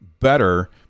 better